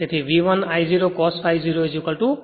તેથી V1 I0 cos ∅ 0 W i છે